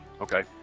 Okay